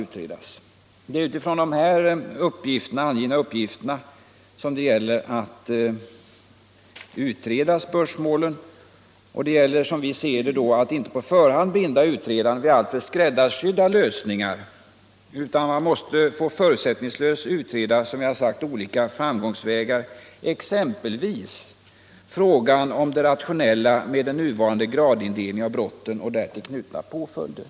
Det är utifrån de här angivna uppgifterna som det gäller att utreda spörsmålen, och då gäller det, som vi ser det, att inte på förhand binda utredarna vid alltför skräddarsydda lösningar. Man måste förutsättningslöst få utreda olika framgångsvägar, exempelvis frågan om det rationella i den nuvarande gradindelningen av brotten och därtill knutna påföljder.